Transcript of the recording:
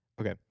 Okay